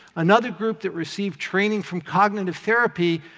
another group that received training from cognitive therapy.